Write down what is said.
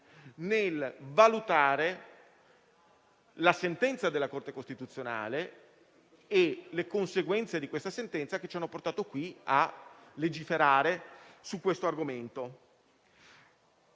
nel valutare la sentenza della Corte costituzionale e le conseguenze di tale sentenza, che ci hanno portato qui a legiferare su questo argomento.